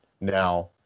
Now